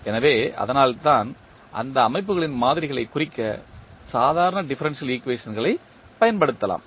எனவே அதனால்தான் அந்த அமைப்புகளின் மாதிரிகளைக் குறிக்க சாதாரண டிஃபரன்ஷியல் ஈக்குவேஷன்களைப் பயன்படுத்தலாம்